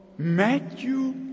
Matthew